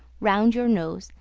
round your nose,